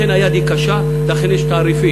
לכן היד היא קשה, לכן יש תעריפים.